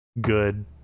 good